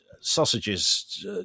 sausages